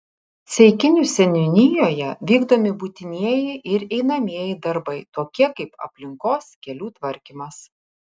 ceikinių seniūnijoje vykdomi būtinieji ir einamieji darbai tokie kaip aplinkos kelių tvarkymas